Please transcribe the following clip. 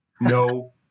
no